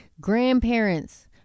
grandparents